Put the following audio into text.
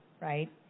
right